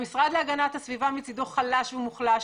המשרד להגנת הסביבה מצדו חלש ומוחלש,